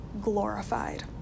glorified